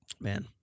Man